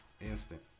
Instant